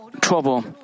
trouble